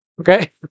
Okay